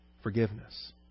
Forgiveness